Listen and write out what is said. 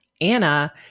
Anna